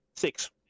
Six